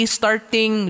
starting